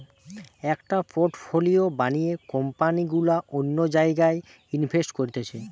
একটা পোর্টফোলিও বানিয়ে কোম্পানি গুলা অন্য জায়গায় ইনভেস্ট করতিছে